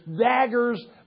daggers